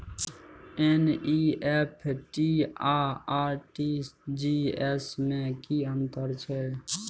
NEFT आ RTGS में की अन्तर छै?